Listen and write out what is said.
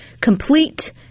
complete